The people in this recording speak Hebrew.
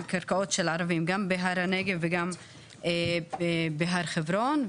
קרקעות של ערבים בהר הנגב ובהר חברון.